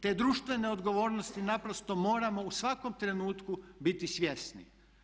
Te društvene odgovornosti naprosto moramo u svakom trenutku biti svjesni.